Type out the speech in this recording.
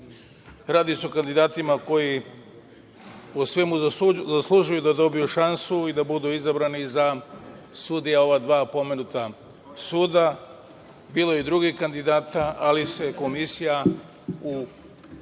Radi se o kandidatima koji po svemu zaslužuju da dobiju šansu i da budu izabrani za sudije ova dva pomenuta suda. Bilo je i drugih kandidata, ali se Komisija u